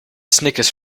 snickers